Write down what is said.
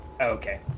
Okay